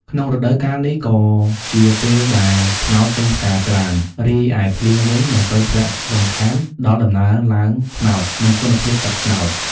ក្នុងរដូវកាលនេះ ក៏ជាពេលដែលត្នោតចេញផ្កាច្រើន រីឯភ្លៀងវិញ មិនសូវធ្លាក់រំខានដល់ដំណើរឡើងត្នោត និងគុណភាពទឹកត្នោត។